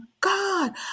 God